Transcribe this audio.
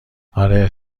آره